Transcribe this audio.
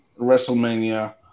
WrestleMania